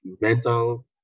mental